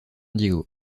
diego